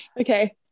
Okay